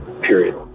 period